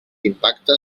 impacte